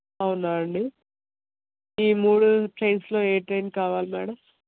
అవునా అండి ఈ మూడు ట్రైన్స్లో ఏ ట్రైన్ కావాలి మేడం